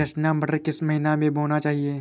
रचना मटर किस महीना में बोना चाहिए?